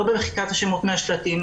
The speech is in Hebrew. לא במחיקת השמות מהשלטים,